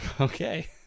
Okay